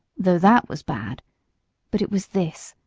though that was bad but it was this,